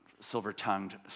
silver-tongued